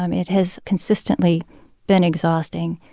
um it has consistently been exhausting.